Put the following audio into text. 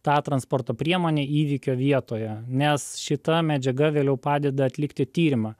tą transporto priemonę įvykio vietoje nes šita medžiaga vėliau padeda atlikti tyrimą